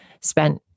spent